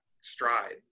stride